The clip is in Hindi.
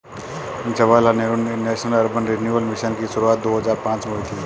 Jawaharlal Nehru national urban renewal mission की शुरुआत दो हज़ार पांच में हुई थी